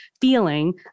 feeling